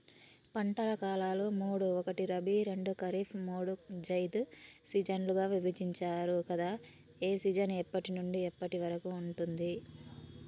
పంటల కాలాలు మూడు ఒకటి రబీ రెండు ఖరీఫ్ మూడు జైద్ సీజన్లుగా విభజించారు కదా ఏ సీజన్ ఎప్పటి నుండి ఎప్పటి వరకు ఉంటుంది?